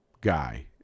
guy